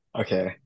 Okay